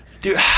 Dude